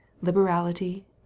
LIBERALITY